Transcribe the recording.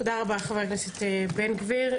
תודה רבה חבר הכנסת בן גביר.